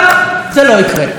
אבל זה לא יקרה.